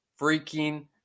freaking